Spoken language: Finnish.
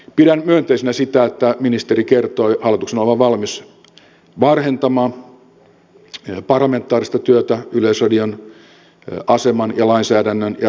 pidän myönteisenä sitä että ministeri kertoi hallituksen olevan valmis varhentamaan parlamentaarista työtä yleisradion aseman ja lainsäädännön rahoituksen osalta